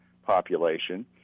population